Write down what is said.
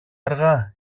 αργά